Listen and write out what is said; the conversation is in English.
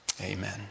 Amen